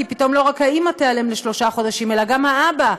כי פתאום לא רק האימא תיעלם לשלושה חודשים אלא גם האבא,